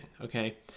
okay